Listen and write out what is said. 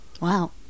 Wow